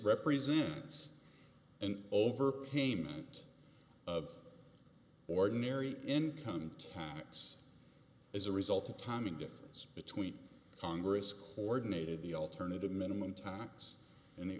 represents an overpayment of ordinary income tax as a result of timing difference between congress ordinated the alternative minimum tax